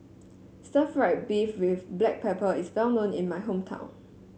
Stir Fried Beef with Black Pepper is well known in my hometown